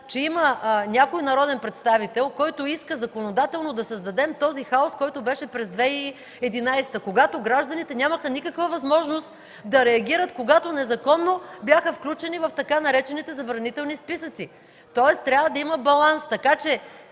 че има някой народен представител, който иска законодателно да създадем този хаос, който беше през 2011 г., когато гражданите нямаха никаква възможност да реагират, когато незаконно бяха включени в така наречените „забранителни списъци”. Тоест трябва да има баланс, така че